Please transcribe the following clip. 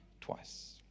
twice